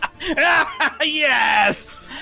Yes